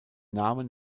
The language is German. namen